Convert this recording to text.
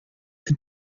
the